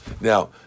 Now